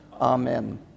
Amen